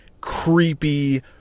creepy